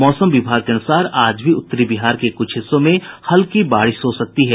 मौसम विभाग के अनुसार आज भी उत्तरी बिहार के कुछ हिस्सों में हल्की बारिश हो सकती है